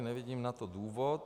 Nevidím na to důvod.